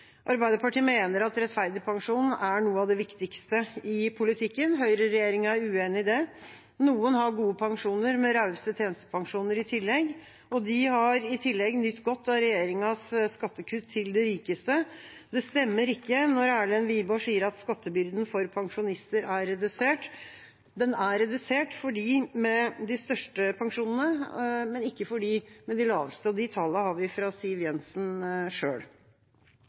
Arbeiderpartiet mener at rettferdig pensjon er noe av det viktigste i politikken. Høyre-regjeringa er uenig i det. Noen har gode pensjoner med rause tjenestepensjoner i tillegg. De har i tillegg nytt godt av regjeringas skattekutt til de rikeste. Det stemmer ikke, som Erlend Wiborg sier, at skattebyrden for pensjonister er redusert. Den er redusert for dem med de største pensjonene, men ikke for dem med de laveste. De tallene har vi fra Siv Jensen